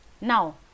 Now